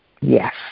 Yes